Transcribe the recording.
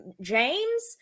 james